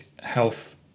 health